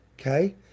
okay